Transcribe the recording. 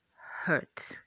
hurt